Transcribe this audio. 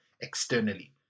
externally